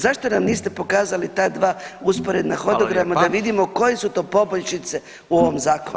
Zašto nam niste pokazali ta dva usporedna hodograma [[Upadica Radin: Hvala lijepa.]] da vidimo koje su to poboljšice u ovom zakonu.